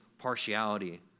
Partiality